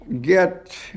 get